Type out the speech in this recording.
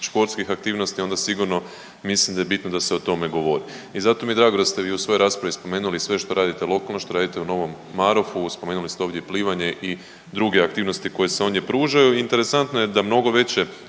športskih aktivnosti onda sigurno mislim da je bitno da se o tome govori i zato mi je drago da ste vi u svojoj raspravi spomenuli sve što radite lokalno što radite u Novom Marofu. Spomenuli ste ovdje plivanje i druge aktivnosti koje se ondje pružaju. Interesantno je da mnogo veće